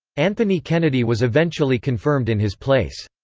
anthony kennedy was eventually confirmed in his place.